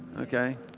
okay